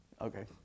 Okay